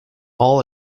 all